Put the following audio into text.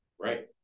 Right